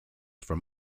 from